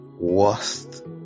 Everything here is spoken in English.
worst